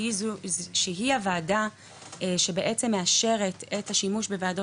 שהיא הוועדה שבעצם מאשרת את השימוש בוועדות